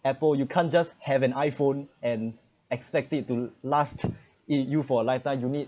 apple you can't just have an iphone and expected to last it you for a lifetime you need